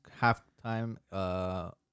halftime